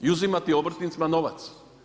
I uzimati obrtnicima novac.